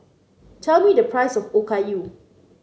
tell me the price of Okayu